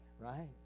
right